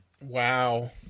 Wow